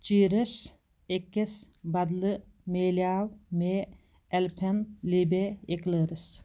چیٖرَس أکِس بَدلہٕ مِلیو مےٚ اٮ۪لپھٮ۪نلیٖبے اِکلٲرٕس